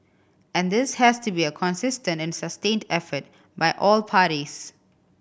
and this has to be a consistent and sustained effort by all parties